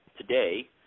today